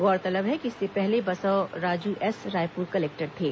गौरतलब है कि इससे पहले बसवराजू एस रायपुर कलेक्टर थे